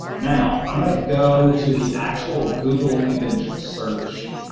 now, i'm going to go to the actual google image search,